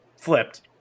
flipped